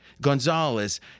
Gonzalez